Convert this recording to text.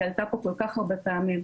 היא עלתה פה כל כך הרבה פעמים.